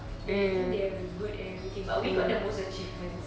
they think they're good and everything but we got the most achievements